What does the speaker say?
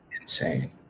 insane